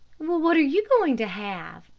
what are you going to have?